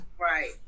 right